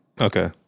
Okay